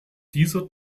dieser